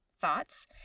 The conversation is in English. thoughts